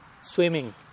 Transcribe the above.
swimming